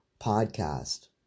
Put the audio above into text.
podcast